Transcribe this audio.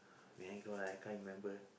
mango ah I can't remember